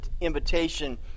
invitation